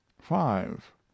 five